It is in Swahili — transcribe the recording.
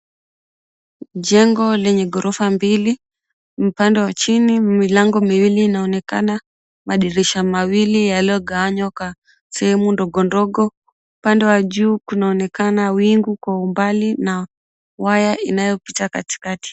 Jengo lenye ghorofa mbili. Upande wa chini milango miwili inaonekana, madirisha mawili yaliyogawanywa kwa sehemu ndogo ndogo, upande wa juu kunaonekana wingu kwa umbali na waya inayopita katikati.